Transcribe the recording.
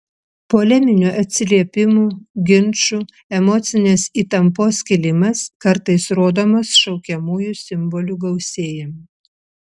poleminių atsiliepimų ginčų emocinės įtampos kilimas kartais rodomas šaukiamųjų simbolių gausėjimu